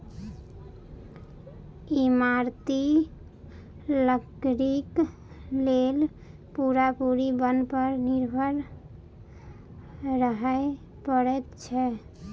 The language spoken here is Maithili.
इमारती लकड़ीक लेल पूरा पूरी बन पर निर्भर रहय पड़ैत छै